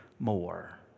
more